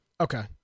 Okay